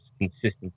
consistency